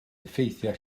effeithiau